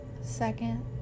second